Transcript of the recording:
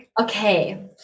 Okay